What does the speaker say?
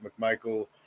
McMichael